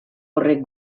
horrek